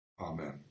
amen